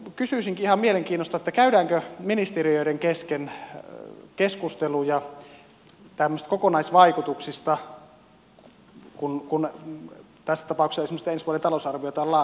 kysyisinkin ihan mielenkiinnosta käydäänkö ministeriöiden kesken keskusteluja tämmöisistä kokonaisvaikutuksista kun tässä tapauksessa esimerkiksi ensi vuoden talousarviota on laadittu